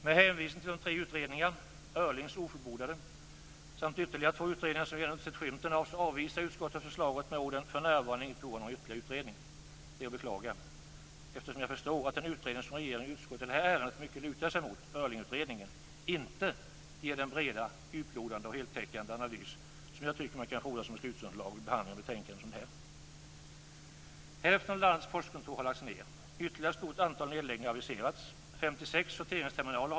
Med hänvisning till tre utredningar, nämligen Öhrlings ofullbordade samt ytterligare två utredningar som vi ännu inte har sett skymten av, avvisar utskottet förslaget med orden "för närvarande inget behov av någon ytterligare utredning" . Det beklagar jag, eftersom jag förstår att den utredning som regering och utskott i det här ärendet mycket lutar sig mot, Öhrlingutredningen, inte ger den breda, djuplodande och heltäckande analys som jag tycker att man kan fordra som beslutsunderlag vid behandling av betänkanden som detta. Hälften av landets postkontor har lagts ned. Ytterligare ett stort antal nedläggningar har aviserats.